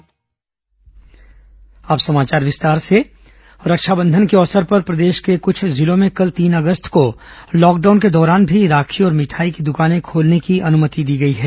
lockdown छूट रक्षाबंधन के अवसर पर प्रदेश के कुछ जिलों में कल तीन अगस्त को लॉकडाउन के दौरान भी राखी और मिठाई की दुकानें खोलने की अनुमति दी गई है